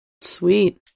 Sweet